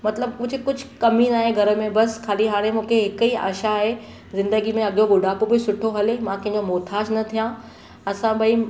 मतिलबु मुझे कुझु कमु ई न आहे घर में बसि खाली हाणे मूंखे हिक ई आशा आहे ज़िंन्दगी में अॻियो ॿुढापो बि सुठो हले मां कंहिंजो मोथाजु न थिया असां ॿई